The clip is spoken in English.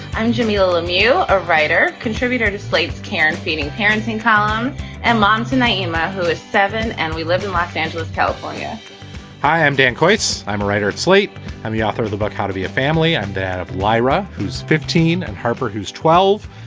jamilah lemieux, a writer contributor to slate care and feeding parenting column and mom tonight, yeah ah who is seven. and we live in los angeles, california hi, i'm dan coates. i'm a writer at slate and the author of the book how to be a family, and that of lyra, who's fifteen, and harper, who's twelve.